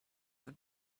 that